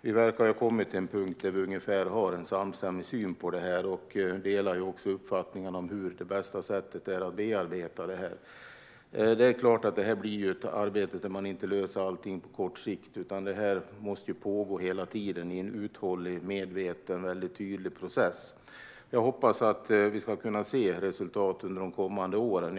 Vi verkar ha kommit till en punkt där vi har en samstämmig syn. Vi delar också uppfattningen om vilket som är det bästa sättet för att bearbeta detta. Det är klart att man inte löser allting på kort sikt, utan arbetet måste pågå hela tiden i en uthållig, medveten och väldigt tydlig process. Jag hoppas att vi ska kunna se resultat under de kommande åren.